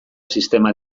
sistema